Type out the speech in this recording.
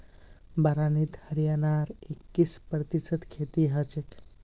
बारानीत हरियाणार इक्कीस प्रतिशत खेती हछेक